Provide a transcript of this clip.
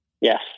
Yes